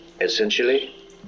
Essentially